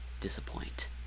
disappoint